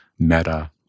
meta